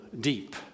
deep